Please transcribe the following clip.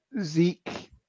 Zeke